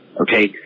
okay